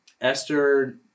Esther